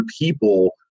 people